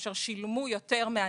כאשר שילמו יותר,